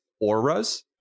auras